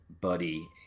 buddy